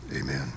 amen